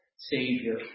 Savior